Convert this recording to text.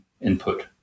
input